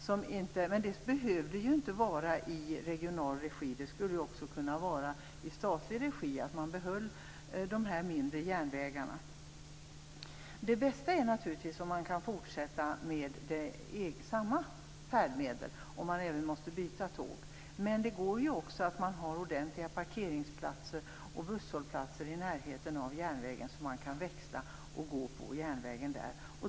De skulle inte behöva vara i regional regi, utan de skulle också kunna drivas i statlig regi. På så vis kunde man behålla de här mindre järnvägarna. Om man åker tåg och måste byta är det bästa naturligtvis om man kan fortsätta med samma färdmedel, men det går ju också om det finns ordentliga parkeringsplatser och busshållplatser i närheten av järnvägen, så att man kan byta.